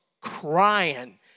crying